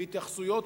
והתייחסויות,